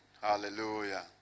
Hallelujah